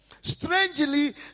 Strangely